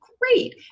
great